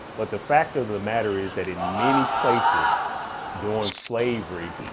but the fact of the matter is that in many places doing slavery,